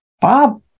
Bob